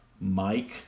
Mike